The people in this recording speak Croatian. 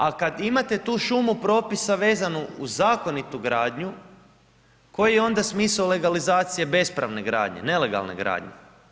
A kada imate tu šumu propisa vezano uz zakonitu gradnju, koji je onda smisao legalizacije bespravne gradnje, nelegalne gradnje.